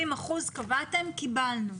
ב-70 אחוזים קבעתם - קיבלנו.